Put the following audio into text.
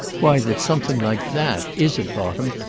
why that something like that is at bottom,